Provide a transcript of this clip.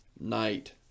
night